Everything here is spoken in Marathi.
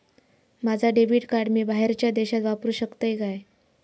माझा डेबिट कार्ड मी बाहेरच्या देशात वापरू शकतय काय?